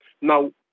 Now